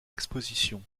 expositions